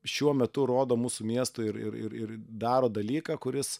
šiuo metu rodo mūsų miestui ir ir ir ir daro dalyką kuris